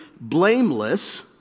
blameless